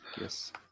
yes